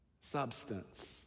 Substance